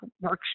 works